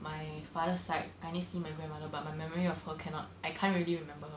my father side I only see my grandmother but my memory of her cannot I can't really remember